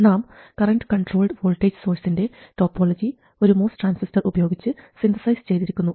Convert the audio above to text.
നാം current controlled voltage സോഴ്സ്സിൻറെ topology ഒരു MOS ട്രാൻസിസ്റ്റർ ഉപയോഗിച്ച് സിന്തസൈസ് ചെയ്തിരിക്കുന്നു